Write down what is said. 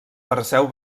perseu